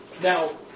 Now